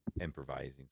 improvising